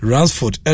Ransford